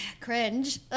cringe